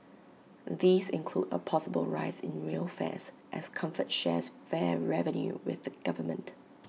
these include A possible rise in rail fares as comfort shares fare revenue with the government